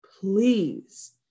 Please